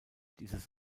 dieses